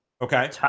Okay